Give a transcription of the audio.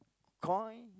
coin